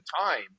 time